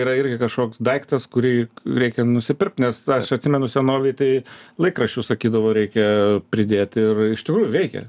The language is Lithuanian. yra irgi kažkoks daiktas kurį reikia nusipirkt nes aš atsimenu senovėj tai laikraščių sakydavo reikia pridėti ir iš tikrųjų veikia